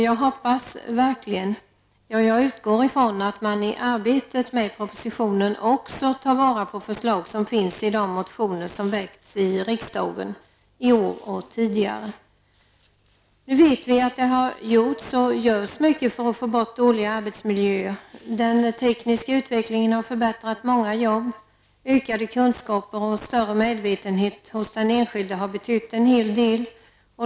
Jag hoppas verkligen -- ja, jag utgår ifrån -- att man i arbetet med propositionen också tar vara på förslag som finns i de motioner som väckts i riksdagen, i år och tidigare. Nu vet vi att det har gjorts och görs mycket för att få bort dåliga arbetsmiljöer. Den tekniska utvecklingen har förbättrat många jobb. Ökade kunskaper och större medvetenhet hos den enskilde har betytt en hel del.